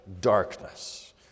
darkness